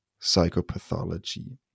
psychopathology